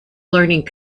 learning